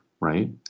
right